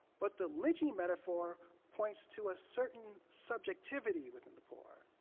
but the lynching metaphor points to a certain subjectivity within the poor.